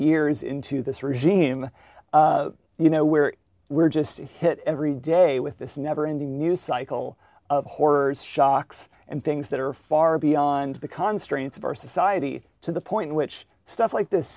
years into this regime you know we're we're just hit every day with this never ending news cycle of horrors shocks and things that are far beyond the constructs of our society to the point which stuff like this